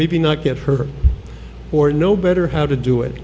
maybe not get hurt or know better how to do it